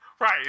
right